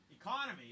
economy